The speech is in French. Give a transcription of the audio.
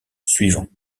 suivant